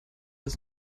das